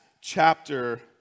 chapter